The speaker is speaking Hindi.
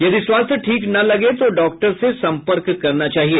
यदि स्वास्थ्य ठीक न लगे तो डॉक्टर से संपर्क करना चाहिए